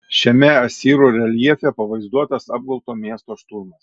šiame asirų reljefe pavaizduotas apgulto miesto šturmas